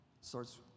starts